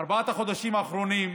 בארבעת החודשים האחרונים,